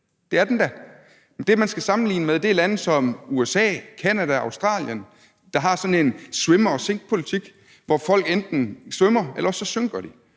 det er den da. Det, man skal sammenligne med, er lande som USA, Canada, Australien, der har sådan en swim or sink-politik, hvor folk enten svømmer, eller også synker de.